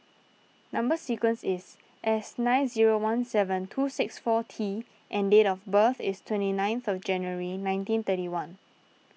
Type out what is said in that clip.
Number Sequence is S nine zero one seven two six four T and date of birth is twenty ninth January nineteen thirty one